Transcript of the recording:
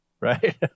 Right